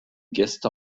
gäste